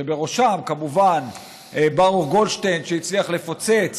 שבראשם, כמובן, ברוך גולדשטיין, שהצליח לפוצץ